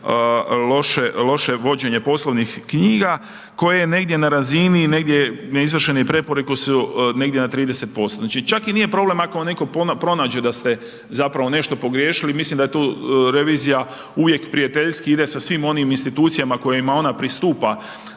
loše vođenje poslovnih knjiga koje negdje na razini, negdje ne izvršene preporuke su negdje na 30%. Znači čak i nije problem ako neko pronađe da ste zapravo nešto pogriješili milim da je tu revizija uvijek prijateljskim ide sa svim onim institucijama kojima ona pristupa